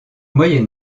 moyen